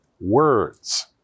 words